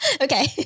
Okay